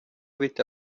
with